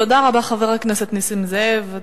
תודה רבה, חבר הכנסת נסים זאב.